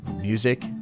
Music